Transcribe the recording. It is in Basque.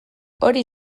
hori